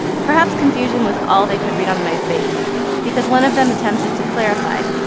perhaps confusion was all they could read on my face because one of them attempted to clarify.